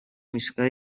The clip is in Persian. ایستگاه